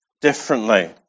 differently